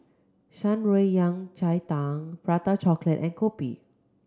Shan Rui Yao Cai Tang Prata Chocolate and kopi